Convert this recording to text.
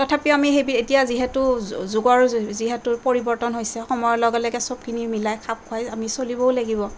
তথাপিও আমি এতিয়া যিহেতু যুগৰ যিহেতু পৰিৱৰ্তন হৈছে সময়ৰ লগে লগে চবখিনি মিলাই খাপ খুৱাই আমি চলিবও লাগিব